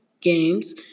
games